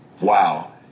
Wow